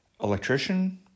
Electrician